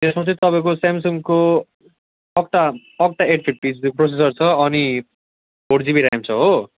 त्यसमा चाहिँ तपाईँको स्यामसङको octa octa eight fifty processor छ अनि फोर जिबी ऱ्याम छ हो